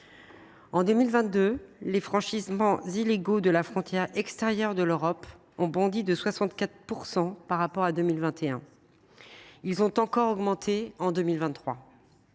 nombre des franchissements illégaux de la frontière extérieure de l’Europe a bondi de 64 % par rapport à 2021. Il a encore augmenté en 2023.